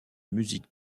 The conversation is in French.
musique